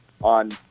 on